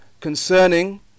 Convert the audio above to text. concerning